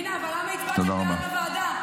פנינה, אבל למה הצבעתם בעד הפגרה?